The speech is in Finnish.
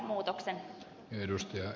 kannatan ed